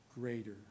greater